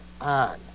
on